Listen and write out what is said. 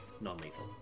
non-lethal